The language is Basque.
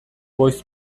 voice